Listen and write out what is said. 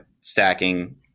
stacking